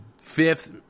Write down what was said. fifth